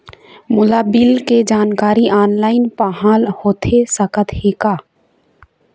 मोला बिल के जानकारी ऑनलाइन पाहां होथे सकत हे का?